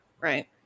right